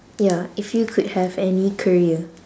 ya if you could have any career